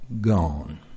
gone